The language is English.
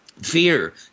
Fear